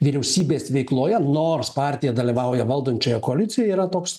vyriausybės veikloje nors partija dalyvauja valdančioje koalicijoje yra toks